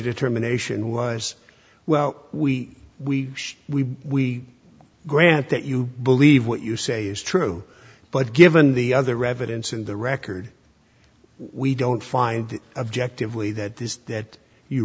determination was well we we we we grant that you believe what you say is true but given the other revenants in the record we don't find objective way that is that you